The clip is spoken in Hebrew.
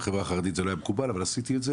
בחברה החרדית זה לא היה מקובל אבל עשיתי את זה